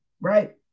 right